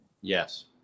Yes